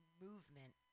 movement